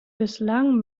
bislang